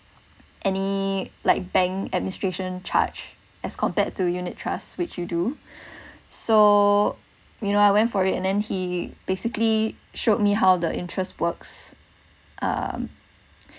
any like bank administration charge as compared to unit trusts which you do so you know I went for it and and he basically showed me how the interest works um